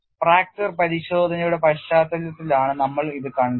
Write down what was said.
fracture പരിശോധനയുടെ പശ്ചാത്തലത്തിലാണ് നമ്മൾ ഇത് കണ്ടത്